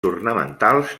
ornamentals